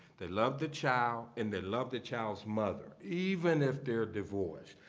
they love the child. and they love the child's mother, even if they're divorced.